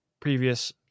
previous